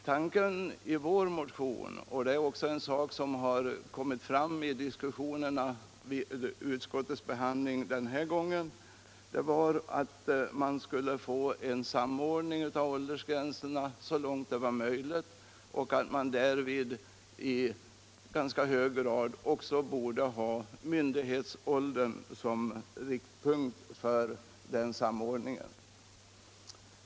Tanken som låg bakom vår motion och som också kommit fram i diskussionerna vid utskottsbehandlingen den här gången var att åstadkomma en samordning av åldersgränser så långt det är möjligt och att därvid myndighetsåldern i ganska hög grad borde vara riktpunkt för samordningen.